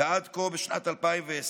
ועד כה בשנת 2020,